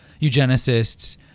eugenicists